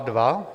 2?